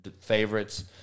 favorites